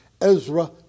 Ezra